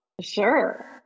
Sure